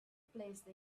placed